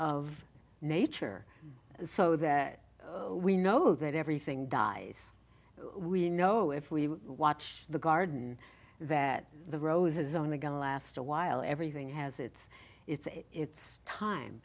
of nature so that we know that everything dies we know if we watch the garden that the rose is only going to last a while everything has it's its time